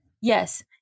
Yes